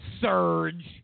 Surge